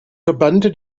verbannte